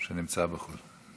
שנמצא בחו"ל.